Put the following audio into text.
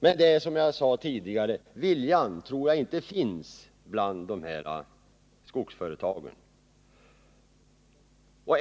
Men, som jag sade tidigare, jag tror inte viljan finns bland skogsföretagen.